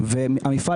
השר יודע